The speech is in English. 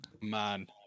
Man